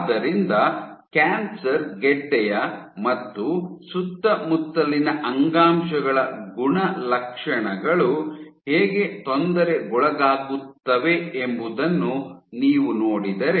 ಆದ್ದರಿಂದ ಕ್ಯಾನ್ಸರ್ ಗೆಡ್ಡೆಯ ಮತ್ತು ಸುತ್ತಮುತ್ತಲಿನ ಅಂಗಾಂಶಗಳ ಗುಣಲಕ್ಷಣಗಳು ಹೇಗೆ ತೊಂದರೆಗೊಳಗಾಗುತ್ತವೆ ಎಂಬುದನ್ನು ನೀವು ನೋಡಿದರೆ